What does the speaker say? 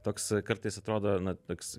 toks kartais atrodo na toks